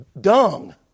dung